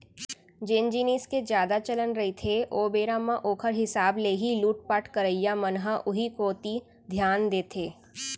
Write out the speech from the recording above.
जेन जिनिस के जादा चलन रहिथे ओ बेरा म ओखर हिसाब ले ही लुटपाट करइया मन ह उही कोती धियान देथे